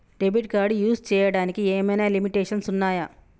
Debit card use చేయడానికి ఏమైనా limitations ఉన్నాయా?